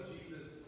Jesus